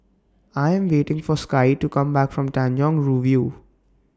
I Am waiting For Skye to Come Back from Tanjong Rhu View